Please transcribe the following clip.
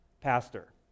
pastor